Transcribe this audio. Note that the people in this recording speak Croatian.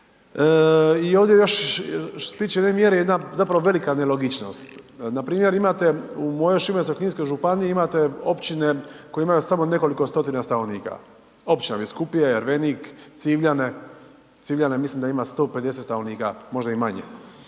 I ovdje još što se tiče ove mjere jedna zapravo velika nelogičnost. Npr. imate u mojoj Šibensko-kninskoj županiji imate općine koje imaju samo nekoliko stotina stanovnika, općina Biskupije, Ervenik, Civljane, Civljane mislim da ima 150 stanovnika, možda i manje,